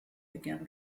again